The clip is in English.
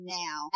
now